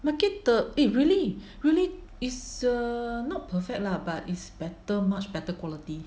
market 的 it really really is a not perfect lah but it's better much better quality